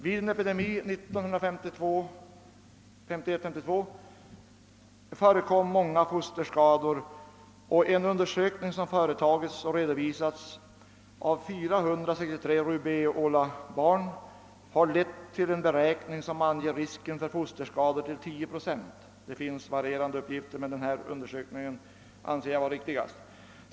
Vid en epidemi i röda hund 1951—1952 uppstod många fosterskador. En undersökning av 463 rubeola-barn, vilken företagits och redovisats, har beräknat risken för fosterskador i dessa sammanhang till 10 procent. Det förekommer varierande uppgifter men jag anser denna uppskattning vara den riktigaste.